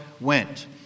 went